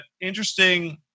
interesting